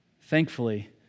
Thankfully